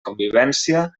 convivència